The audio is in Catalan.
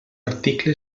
article